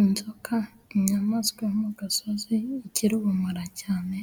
Inzoka inyamaswa yo mu gasozi igira ubumara cyane